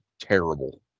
terrible